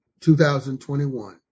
2021